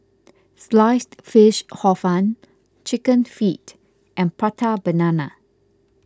Sliced Fish Hor Fun Chicken Feet and Prata Banana